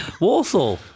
warsaw